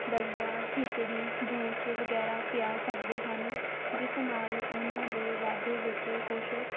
ਦਲੀਆ ਖਿਚੜੀ ਜੂਸ ਵਗੈਰਾ ਪਿਆ ਸਕਦੇ ਹਨ ਜਿਸ ਨਾਲ ਉਹਨਾਂ ਦੇ ਵਾਧੇ ਵਿੱਚ ਕੁਛ